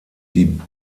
die